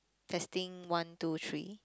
testing one two three